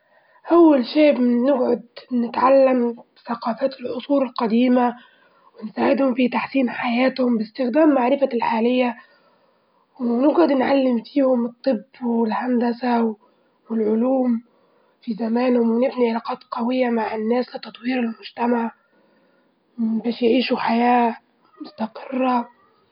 أول شيء بنجعد نتعلم ثقافات العصور الجديمة ونساعدهم في تحسين حياتهم باستخدام معرفتي الحالية، ونجعد نعلم فيهم الطب والهندسة والعلوم في زمانهم ونبني علاقات قوية مع الناس لتطوير المجتمع باش يعيشوا حياة مستقرة.